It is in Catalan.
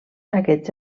aquests